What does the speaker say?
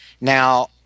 Now